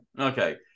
okay